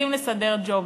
רוצים לסדר ג'ובים.